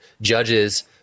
judges